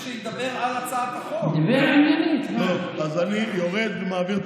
אדוני היושב-ראש,